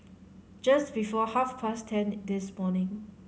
just before half past ten this morning